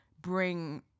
bring